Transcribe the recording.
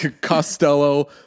Costello